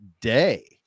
day